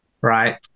right